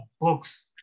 books